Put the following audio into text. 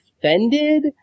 offended